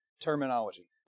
terminology